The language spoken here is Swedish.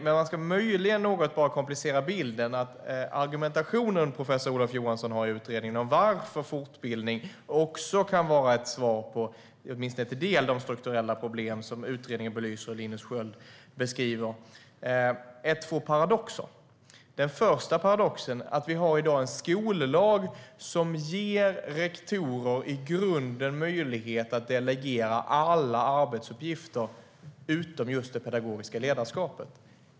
Men om jag ska komplicera bilden något är den argumentation som professor Olof Johansson har i utredningen, om varför fortbildning också kan vara ett svar på åtminstone en del av de strukturella problem som utredningen belyser, och det som Linus Sköld beskriver två paradoxer. Den första paradoxen är att vi i dag har en skollag som i grunden ger rektorer möjlighet att delegera alla arbetsuppgifter utom just det pedagogiska ledarskapet.